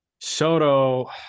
Soto